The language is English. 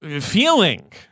feeling